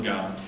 God